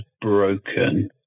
broken